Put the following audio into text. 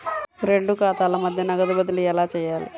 రెండు ఖాతాల మధ్య నగదు బదిలీ ఎలా చేయాలి?